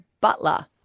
Butler